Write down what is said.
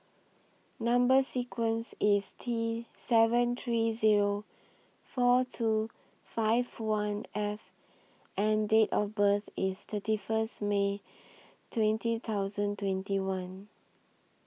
Number sequence IS T seven three Zero four two five one F and Date of birth IS thirty First May twenty thousand twenty one